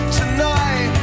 tonight